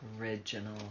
Original